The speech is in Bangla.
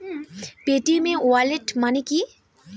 পেটিএম ওয়ালেট মানে কি?